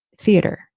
theater